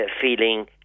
feeling